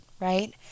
right